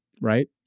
right